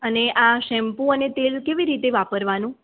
અને આ શેમ્પૂ અને તેલ કેવી રીતે વાપરવાનું